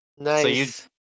Nice